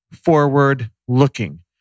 forward-looking